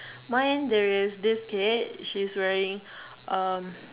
mine there is this kid she's wearing um